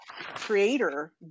creator